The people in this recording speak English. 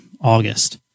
August